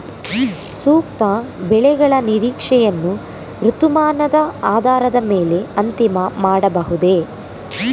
ಸೂಕ್ತ ಬೆಳೆಗಳ ನಿರೀಕ್ಷೆಯನ್ನು ಋತುಮಾನದ ಆಧಾರದ ಮೇಲೆ ಅಂತಿಮ ಮಾಡಬಹುದೇ?